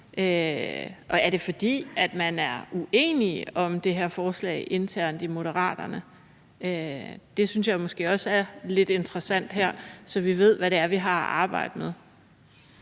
Er det, fordi man er uenig om det her forslag internt i Moderaterne? Det synes jeg måske også er lidt interessant her, så vi ved, hvad det er, vi har at arbejde med.